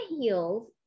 heels